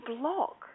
block